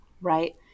Right